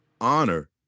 honor